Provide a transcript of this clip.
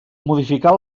modificar